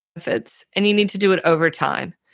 if it's any need to do it over time.